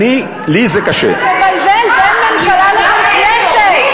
אני עדיין לא רגיל שעולים לכאן חברי קואליציה,